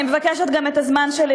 אני מבקשת שזה לא יילקח מהזמן שלי.